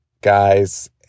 guys